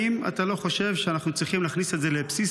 האם אתה לא חושב שאנחנו צריכים להכניס את זה לבסיס